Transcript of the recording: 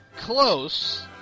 Close